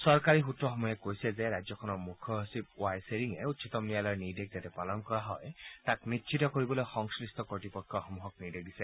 চৰকাৰী সূত্ৰসমূহে কৈছে যে ৰাজ্যখনৰ মুখ্য সচিব ৱাই চেৰিঙে উচ্চতম ন্যায়ালয়ৰ নিৰ্দেশ যাতে পালন কৰা হয় তাক নিশ্চিত কৰিবলৈ সংশ্লিষ্ট কৰ্তৃপক্ষসমূহক নিৰ্দেশ দিছে